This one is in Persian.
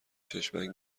چشمک